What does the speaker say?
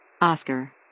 Oscar